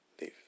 live